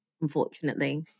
unfortunately